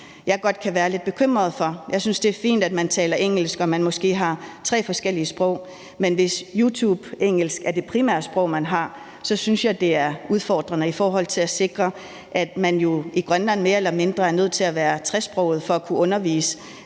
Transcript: Jeg synes, det er fint, at man taler engelsk, og at man måske har tre forskellige sprog, men hvis YouTubeengelsk er det primære sprog, man har, så synes jeg, det er udfordrende i forhold til at sikre, at man jo i Grønland mere eller mindre er nødt til at være tresproget for at kunne undervise,